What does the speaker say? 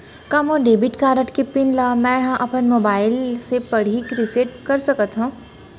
का मोर debit card के पिन ल मैं ह अपन मोबाइल से पड़ही रिसेट कर सकत हो?